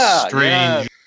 strange